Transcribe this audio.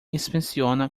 inspeciona